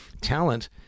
talent